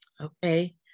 Okay